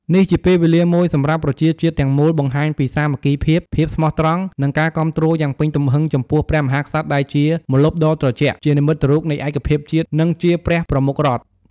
នេះជាពេលវេលាមួយសម្រាប់ប្រជាជាតិទាំងមូលបង្ហាញពី សាមគ្គីភាព ភាពស្មោះត្រង់ និងការគាំទ្រយ៉ាងពេញទំហឹងចំពោះ ព្រះមហាក្សត្រដែលជាម្លប់ដ៏ត្រជាក់ ជានិមិត្តរូបនៃឯកភាពជាតិ និងជាព្រះប្រមុខរដ្ឋ។។